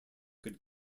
could